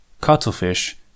cuttlefish